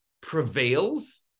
prevails